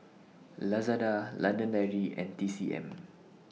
Lazada London Dairy and T C M